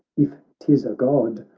if tis a god,